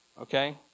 okay